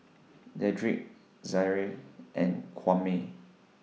Dedric Zaire and Kwame